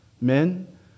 Men